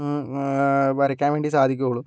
വരക്കാൻ വേണ്ടി സാധിക്കുവുള്ളു